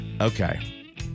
Okay